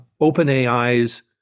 OpenAI's